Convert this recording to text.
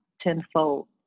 tenfold